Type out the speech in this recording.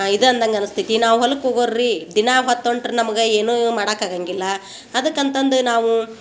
ಇದು ಅಂದಗೆ ಅನಸ್ತೈತಿ ನಾವು ಹೊಲಕ್ಕೆ ಹೋಗೊವು ರೀ ದಿನ ಹೊತ್ತು ಹೊಟ್ರ್ ನಮಗೆ ಏನು ಮಾಡಕೆ ಆಗಂಗಿಲ್ಲ ಅದಕ್ಕಂತಂದು ನಾವು